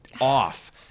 off